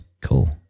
cool